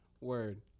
Word